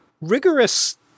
rigorous